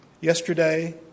yesterday